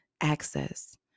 access